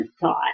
thought